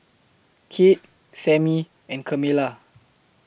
Kate Sammie and Kamila